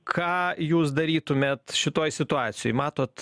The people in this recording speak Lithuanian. ką jūs darytumėt šitoj situacijoj matot